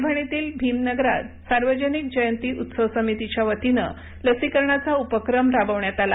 परभणीतील भिमनगरात सार्वजनिक जयंती उत्सव समितीच्यावतीनं लसीकरणाचा उपक्रम राबविण्यात आला